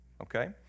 okay